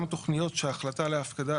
גם התוכניות שהחלטה להפקדה,